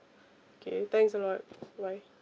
okay thanks a lot bye